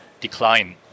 decline